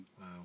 Wow